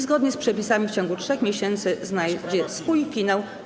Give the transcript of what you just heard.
Zgodnie z przepisami w ciągu 3 miesięcy znajdzie swój finał.